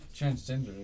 transgender